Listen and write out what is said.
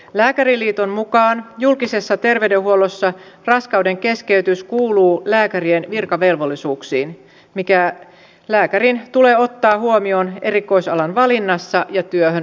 lääkäriliiton mukaan julkisessa terveydenhuollossa raskaudenkeskeytys kuuluu lääkärin virkavelvollisuuksiin mikä lääkärin tulee ottaa huomioon erikoisalan valinnassa ja työhön hakeutuessaan